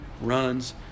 runs